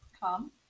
come